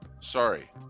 sorry